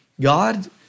God